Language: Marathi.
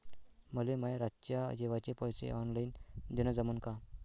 मले माये रातच्या जेवाचे पैसे ऑनलाईन देणं जमन का?